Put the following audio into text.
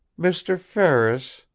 mr. ferris,